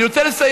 אני רוצה לסיים.